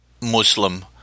Muslim